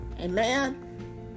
Amen